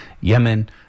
Yemen